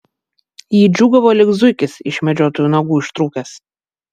ji džiūgavo lyg zuikis iš medžiotojų nagų ištrūkęs